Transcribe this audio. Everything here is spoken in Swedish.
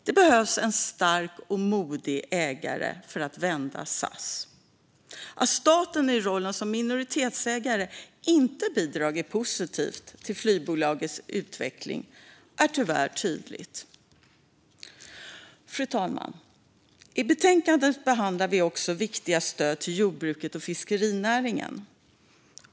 Det behövs en stark och modig ägare för att vända SAS. Att staten i rollen som minoritetsägare inte bidragit positivt till flygbolagets utveckling är tyvärr tydligt. Fru talman! I betänkandet behandlar vi också viktiga stöd till jordbruket och fiskerinäringen.